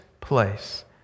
place